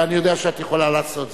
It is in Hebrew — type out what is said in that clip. ואני יודע שאת יכולה לעשות זאת.